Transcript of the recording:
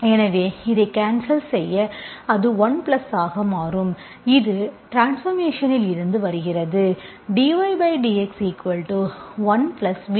எனவே இதை கான்சல் செய்ய அது 1 ஆக மாறும் இது ட்ரான்ஸ்பார்மேஷன் இல் இருந்து வருகிறது dydx 1VV2